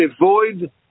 avoid